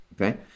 okay